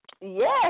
Yes